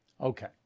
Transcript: Okay